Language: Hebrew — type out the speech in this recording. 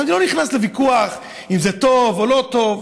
עכשיו אני לא נכנס לוויכוח אם זה טוב או לא טוב,